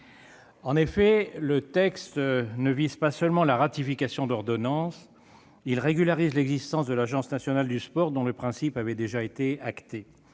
En effet, le texte ne vise pas seulement la ratification d'ordonnances. Il régularise l'existence de l'Agence nationale du sport, dont le principe avait déjà été acté.